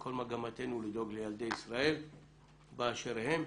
וכל מגמתנו לדאוג לילדי ישראל באשר הם,